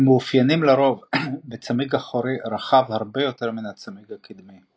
הם מאופיינים לרוב בצמיג אחורי רחב הרבה יותר מן הצמיג הקדמי.